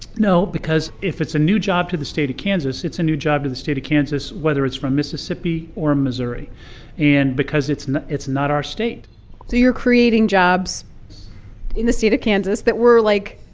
no because if it's a new job to the state of kansas, it's a new job to the state of kansas whether it's from mississippi or missouri and because it's not it's not our state so you're creating jobs in the state of kansas that were, like,